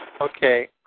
Okay